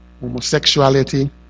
homosexuality